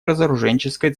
разоруженческой